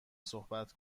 صحبت